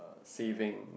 saving